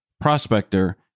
prospector